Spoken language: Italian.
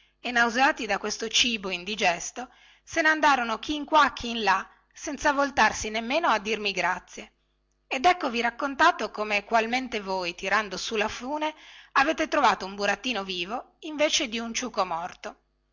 e nauseati da questo cibo indigesto se ne andarono chi in qua chi in là senza voltarsi nemmeno a dirmi grazie ed eccovi raccontato come qualmente voi tirando su la fune avete trovato un burattino vivo invece dun ciuchino morto